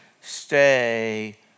stay